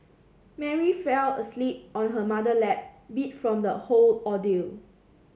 Mary fell asleep on her mother lap beat from the whole ordeal